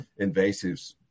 invasives